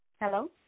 Hello